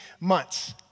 months